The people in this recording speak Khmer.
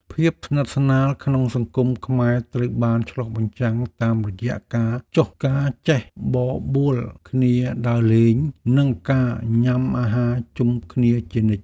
ភាពស្និទ្ធស្នាលក្នុងសង្គមខ្មែរត្រូវបានឆ្លុះបញ្ចាំងតាមរយៈការចេះបបួលគ្នាដើរលេង និងការញ៉ាំអាហារជុំគ្នាជានិច្ច។